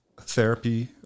Therapy